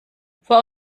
vor